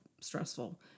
stressful